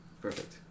perfect